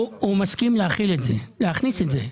הוא מסכים להכניס את זה.